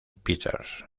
peters